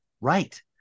Right